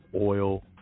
oil